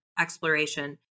exploration